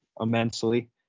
immensely